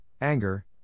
anger